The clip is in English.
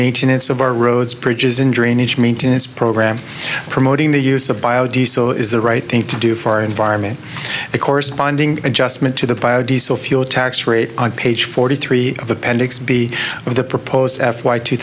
maintenance of our roads bridges and drainage maintenance program promoting the use of bio diesel is the right thing to do for our environment the corresponding adjustment to the bio diesel fuel tax rate on page forty three of appendix b of the proposed f y two